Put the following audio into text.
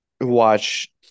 watch